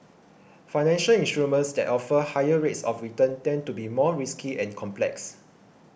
financial instruments that offer higher rates of return tend to be more risky and complex